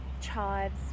chives